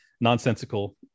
nonsensical